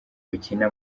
bakina